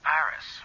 Paris